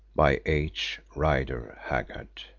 by h. rider haggard